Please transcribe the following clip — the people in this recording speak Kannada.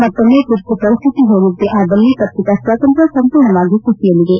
ಮತ್ತೊಮ್ನೆ ತುರ್ತುಪರಿಸ್ಥಿತಿ ಹೇರಿದ್ದೆ ಆದಲ್ಲಿ ಪತ್ರಿಕಾ ಸ್ವಾತಂತ್ರ್ನ ಸಂಪೂರ್ಣವಾಗಿ ಕುಸಿಯಲಿದೆ